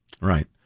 Right